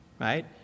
right